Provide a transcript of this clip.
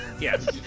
Yes